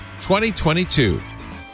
2022